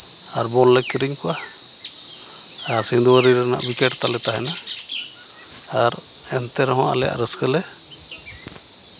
ᱟᱨ ᱵᱚᱞ ᱞᱮ ᱠᱤᱨᱤᱧ ᱠᱚᱣᱟ ᱟᱨ ᱥᱤᱫᱷᱳᱨᱤ ᱨᱮᱱᱟᱜ ᱣᱤᱠᱮᱹᱴ ᱛᱟᱞᱮ ᱛᱟᱦᱮᱱᱟ ᱟᱨ ᱮᱱᱛᱮ ᱨᱮᱦᱚᱸ ᱟᱞᱮᱭᱟᱜ ᱨᱟᱹᱥᱠᱟᱹ ᱟᱞᱮ ᱞᱮ